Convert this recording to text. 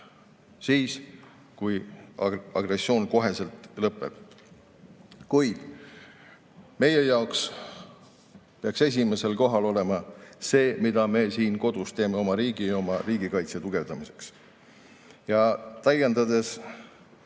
siis, kui agressioon kohe lõpeb. Kuid meie jaoks peaks esimesel kohal olema see, mida me siin kodus teeme oma riigi ja oma riigikaitse tugevdamiseks. Täiendades